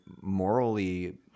morally